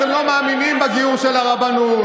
אתם לא מאמינים בגיור של הרבנות.